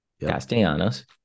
Castellanos